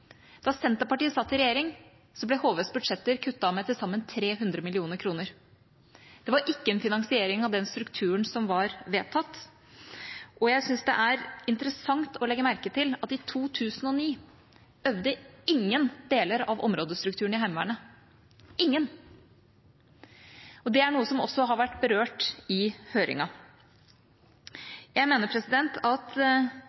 Da Senterpartiet satt i regjering, ble HVs budsjetter kuttet med til sammen 300 mill. kr. Det var ikke en finansiering av den strukturen som var vedtatt. Og jeg syns det er interessant å legge merke til at i 2009 øvde ingen deler av områdestrukturen i Heimevernet – ingen. Det er noe som også har vært berørt i